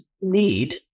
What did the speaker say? need